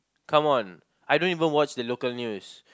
come on I don't even watch the local news